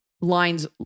lines